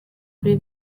kuri